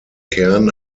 kern